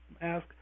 ask